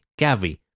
Gavi